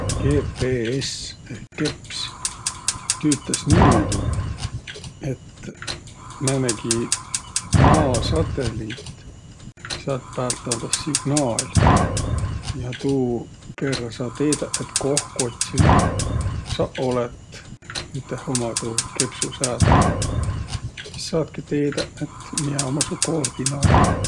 GPS ehk keps tüütäs niimuudu, et määnegi Maa satõlliit, säält päält andas signaal. Ja tuu perrä saa teedäq, et koh kotsil sa olõt. Üteh uma tuu kepsusäädmegaq. Sis saatki teedäq, et miä ummaq su koordinaadiq.